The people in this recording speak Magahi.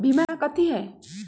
बीमा कथी है?